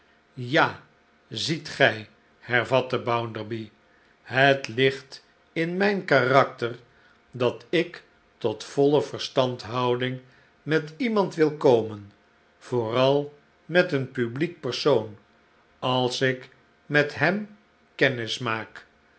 ja ziet gij hervatte bounderby het ligt in mijn karakter dat ik tot voile verstandhouding met iemand wil komen vooral met een publiek persoon als ik met hem